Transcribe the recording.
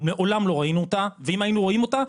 מעולם לא ראינו אותה ואם היינו רואים אותה,